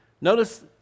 Notice